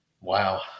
wow